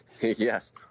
Yes